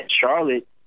Charlotte